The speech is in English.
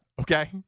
okay